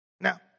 Now